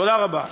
תודה רבה.